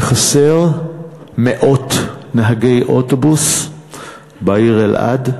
שחסרים מאות נהגי אוטובוס בעיר אלעד,